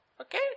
Okay